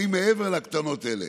אני מעבר לקטנות האלה,